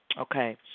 okay